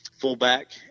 fullback